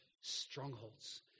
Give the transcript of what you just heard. strongholds